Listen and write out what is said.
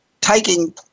taking